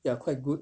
ya quite good